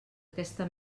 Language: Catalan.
aquesta